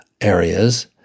areas